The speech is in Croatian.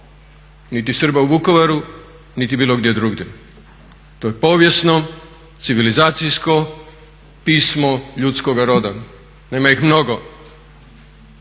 niti Srba u Vukovaru, niti bilo gdje drugdje. To je povijesno, civilizacijsko pismo ljudskoga roda. Nema ih mnogo.